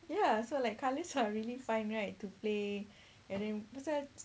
ya so like colours are really fun right to play and then pasal